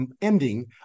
ending